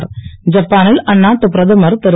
ஐப்பானில் அந்நாட்டு பிரதமர் திரு